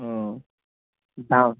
ও দাম